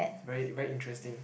is very very interesting